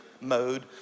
mode